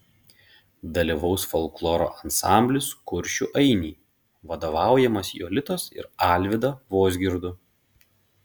dalyvaus folkloro ansamblis kuršių ainiai vadovaujamas jolitos ir alvydo vozgirdų